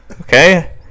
Okay